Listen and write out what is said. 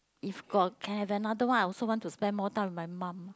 if got can have another one I also want to spend more time with my mum